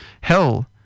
Hell